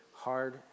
hard